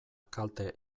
kalte